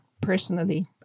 Personally